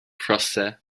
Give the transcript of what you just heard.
prosser